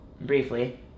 briefly